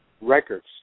records